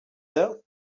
sœur